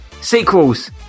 sequels